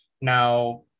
Now